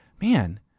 man